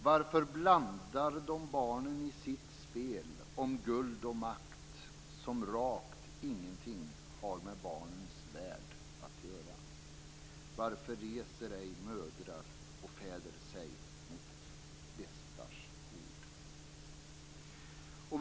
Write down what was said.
Varför blandar de barnen i sitt spel om guld, ära, makt, som rakt ingenting har med barnens värld att göra? Varför reser ej mödrar och fäder sig mot bestars hord?